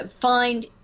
find